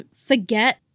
forget